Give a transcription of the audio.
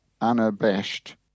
unabashed